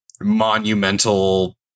monumental